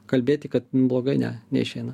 kalbėti kad blogai ne neišeina